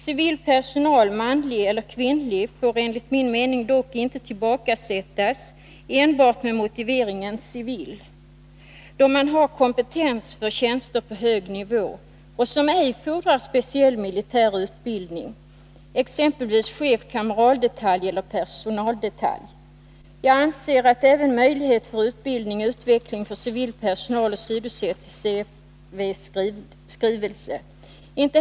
Civil personal — manlig eller kvinnlig — får enligt min mening dock ej tillbakasättas enbart med motiveringen att den är civil, om den har kompetens för tjänster på hög nivå som ej fordrar speciell militär utbildning, exempelvis chef för kameraldetalj eller personaldetalj. Jag anser att även möjligheten till utbildning och utveckling för civil personal åsidosätts i CFV:s skrivelse.